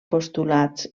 postulats